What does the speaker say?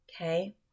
okay